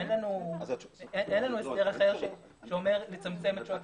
אין לנו הסדר אחר שאומר לצמצם את שעות